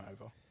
over